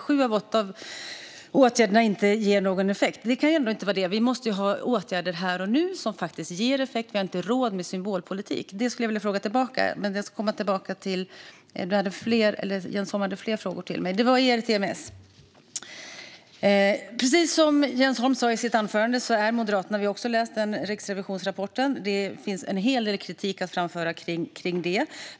Sju av åtta åtgärder anses inte ge någon effekt. Vi måste ha åtgärder här och nu som faktiskt ger effekt. Vi har inte råd med symbolpolitik. Det skulle jag vilja fråga tillbaka. Men Jens Holm hade fler frågor till mig. Det gällde ERTMS. Moderaterna har också läst Riksrevisionens rapport, och det finns en hel del kritik att framföra, precis som Jens Holm sa i sitt anförande.